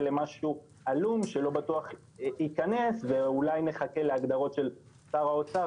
למשהו עלום שלא בטוח ייכנס ואולי נחכה להגדרות של שר האוצר,